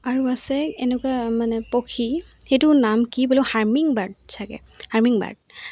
আৰু আছে এনেকুৱা মানে পক্ষী সেইটোৰ নাম কি বোলো হাৰ্মিংবাৰ্ড চাগৈ হাৰ্মিংবাৰ্ড